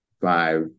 five